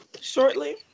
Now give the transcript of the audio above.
shortly